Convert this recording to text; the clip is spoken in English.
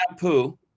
shampoo